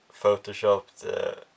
photoshopped